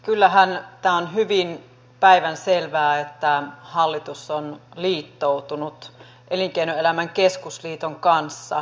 kyllähän tämä on hyvin päivänselvää että hallitus on liittoutunut elinkeinoelämän keskusliiton kanssa